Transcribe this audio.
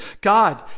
God